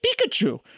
Pikachu